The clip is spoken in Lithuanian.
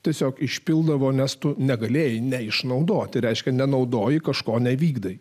tiesiog išpildavo nes tu negalėjai neišnaudoti reiškia nenaudoji kažko nevykdai